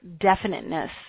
definiteness